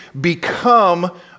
become